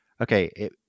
okay